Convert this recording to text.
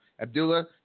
Abdullah